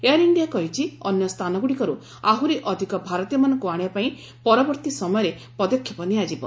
air India କହିଛି ଅନ୍ୟ ସ୍ଥାନଗୁଡ଼ିକରୁ ଆହୁରି ଅଧିକ ଭାରତୀୟମାନଙ୍କୁ ଆଣିବାପଇଁ ପରବର୍ତ୍ତୀ ସମୟରେ ପଦକ୍ଷେପ ନିଆଯିବ